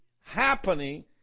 happening